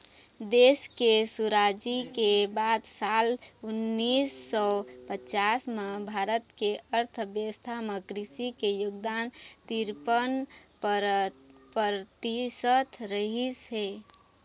देश के सुराजी के बाद साल उन्नीस सौ पचास म भारत के अर्थबेवस्था म कृषि के योगदान तिरपन परतिसत रहिस हे